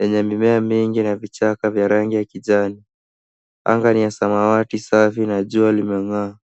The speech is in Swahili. yenye mimea mingi na vichaka vya rangi ya kijani. Anga ni ya samawati safi na jua limeng'aa.